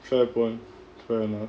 fair point fair enough